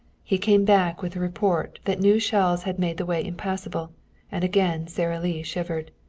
he came back, with the report that new shells had made the way impassable and again sara lee shivered.